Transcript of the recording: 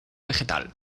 vegetal